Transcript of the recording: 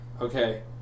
okay